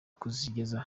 kuzigeza